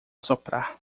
soprar